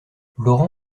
laurent